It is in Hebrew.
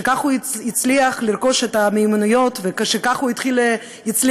שכך הוא יצליח לרכוש את המיומנויות וכך הוא יצליח